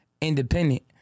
independent